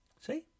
See